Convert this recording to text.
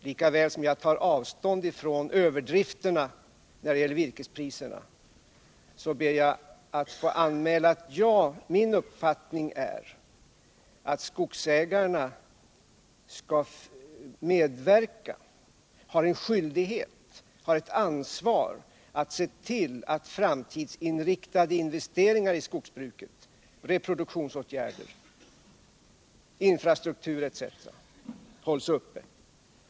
Jag tar givetvis avstånd från överdrifterna när det gäller virkespriserna, men jag ber också att få anmäla som min uppfattning att skogsägarna har ansvaret för att de framtidsinriktade investeringarna i skogsbruket — reproduktionsåtgärder, infrastruktur etc. — hålls uppe.